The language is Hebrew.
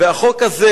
והחוק הזה,